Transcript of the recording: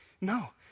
No